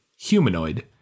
humanoid